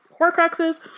Horcruxes